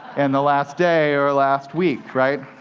and the last day or last week, right?